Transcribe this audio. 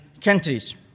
countries